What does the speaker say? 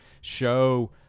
show –